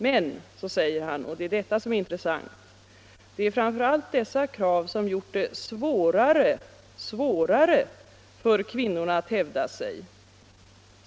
Men så säger han — och det är detta som är intressant: ”Det är framför allt dessa krav som gjort det svårare för kvinnorna att hävda sig -—-—-.